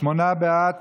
שמונה בעד,